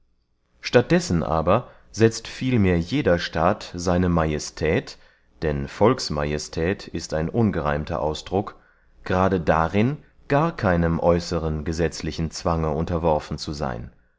dessen aber setzt vielmehr jeder staat seine majestät denn volksmajestät ist ein ungereimter ausdruck gerade darin gar keinem äußeren gesetzlichen zwange unterworfen zu seyn